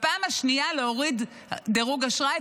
להוריד בפעם השנייה דירוג אשראי,